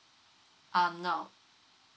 uh no